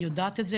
היא יודעת את זה,